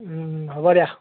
হ'ব দিয়া